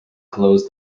close